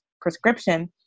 prescription